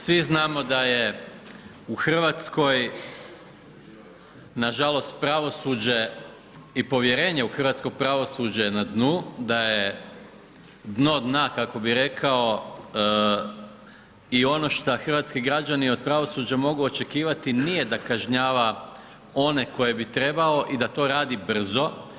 Svi znamo da je u Hrvatskoj nažalost pravosuđe i povjerenje u hrvatsko pravosuđe na dnu, da je dno dna kako bi rekao i ono šta hrvatski građani od pravosuđa mogu očekivati nije da kažnjava one koje bi trebao i da to radi brzo.